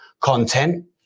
content